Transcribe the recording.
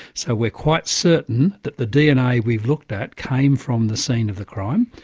so we're quite certain that the dna we've looked at came from the scene of the crime.